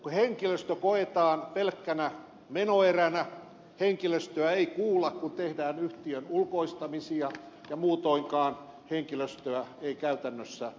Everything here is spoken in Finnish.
henkilöstö koetaan pelkkänä menoeränä henkilöstöä ei kuulla kun tehdään yhtiön ulkoistamisia ja muutoinkaan henkilöstöä ei käytännössä arvosteta